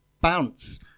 bounce